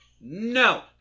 No